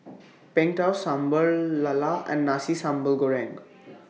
Png Tao Sambal Lala and Nasi Sambal Goreng